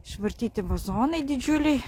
išvartyti vazonai didžiuliai